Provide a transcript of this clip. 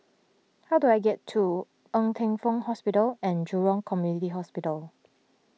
how do I get to Ng Teng Fong Hospital and Jurong Community Hospital